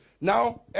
Now